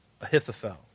Ahithophel